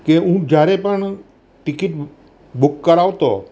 કે હું જ્યારે પણ ટીકીટ બૂક કરાવતો